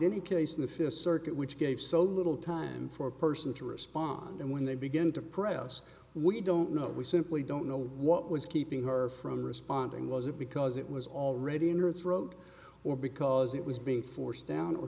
any case in the fifth circuit which gave so little time for a person to respond when they begin to press we don't know we simply don't know what was keeping her from responding was it because it was already in her throat or because it was being forced down or